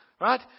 Right